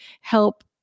help